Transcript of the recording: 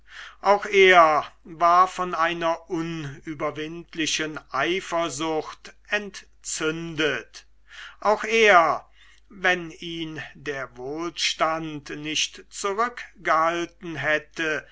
auch er war von einer unüberwindlichen eifersucht entzündet auch er wenn ihn der wohlstand nicht zurückgehalten hätte